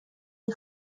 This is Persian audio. این